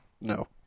No